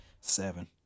Seven